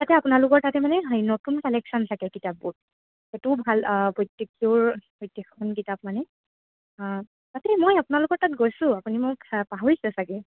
তাতে আপোনালোকৰ তাতে মানে সেই নতুন কালেকশ্যন থাকে কিতাপবোৰত সেইটো ভাল প্ৰত্যেকটোৰ প্ৰত্যেকখন কিতাপ মানে তাতে মই আপোনালোকৰ তাত গৈছোঁ আপুনি মোক চ পাহৰিছে চাগে